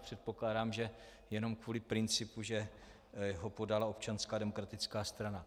Předpokládám, že jenom kvůli principu, že ho podala Občanská demokratická strana.